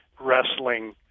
wrestling